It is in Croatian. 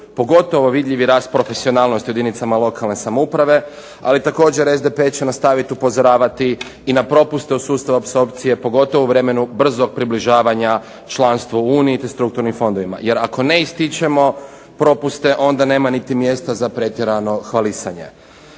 pogotovo vidljivi rast profesionalnosti u jedinicama lokalne samouprave. Ali također SDP će nastaviti upozoravati i na propuste u sustavu apsorpcije pogotovo u vremenu brzog približavanja članstva u Uniji, te strukturnim fondovima. Jer ako ne ističemo propuste, onda nema niti mjesta za pretjerano hvalisanje.